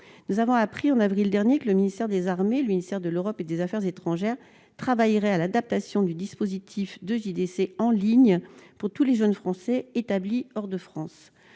ailleurs appris en avril dernier que le ministère des armées et le ministère de l'Europe et des affaires étrangères travailleraient à une adaptation du dispositif de JDC en ligne à l'attention des jeunes Français établis hors de France.